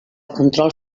control